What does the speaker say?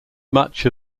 much